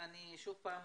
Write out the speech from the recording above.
אני שוב פעם